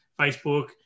Facebook